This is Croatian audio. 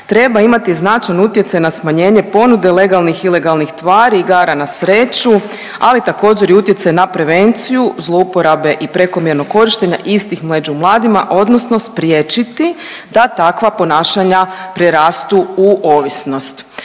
treba imati značajan utjecaj na smanjenje ponude legalnih i ilegalnih tvari, igara na sreću, ali također i utjecaj na prevenciju, zlouporabe i prekomjernog korištenja istih među mladima odnosno spriječiti da takva ponašanja prerastu u ovisnost.